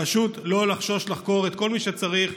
פשוט לא לחשוש, לחקור את כל מי שצריך,